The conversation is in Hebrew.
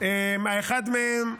האחד מהם,